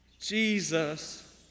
Jesus